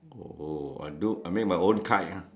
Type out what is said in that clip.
oh I do I make my own kite ah